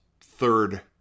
third